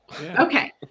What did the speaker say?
Okay